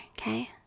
okay